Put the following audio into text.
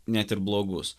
net ir blogus